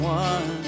one